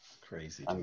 Crazy